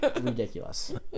ridiculous